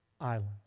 island